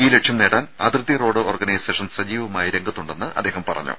ഈ ലക്ഷ്യം നേടാൻ അതിർത്തി റോഡ് ഓർഗനൈസേഷൻ സജീവമായി രംഗത്തുണ്ടെന്ന് അദ്ദേഹം പറഞ്ഞു